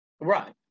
Right